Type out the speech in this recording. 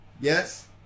yes